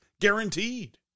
guaranteed